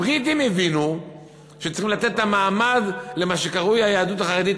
הבריטים הבינו שצריכים לתת את המעמד למה שקרוי היהדות החרדית,